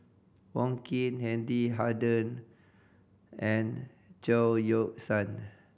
Wong Keen Wendy Hutton and Chao Yoke San